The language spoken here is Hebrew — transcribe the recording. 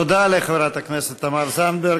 תודה לחברת הכנסת תמר זנדברג.